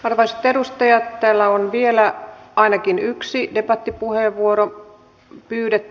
arvoisat edustajat täällä on vielä ainakin yksi debattipuheenvuoro pyydetty